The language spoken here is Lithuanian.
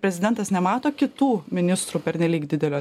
prezidentas nemato kitų ministrų pernelyg didelio